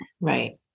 Right